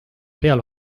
peal